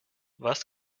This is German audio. was